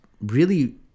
really-